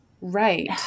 right